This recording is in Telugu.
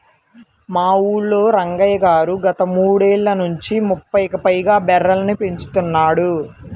మా ఊల్లో రంగయ్య గారు గత మూడేళ్ళ నుంచి ముప్పైకి పైగా బర్రెలని పెంచుతున్నాడు